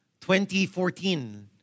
2014